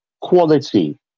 Quality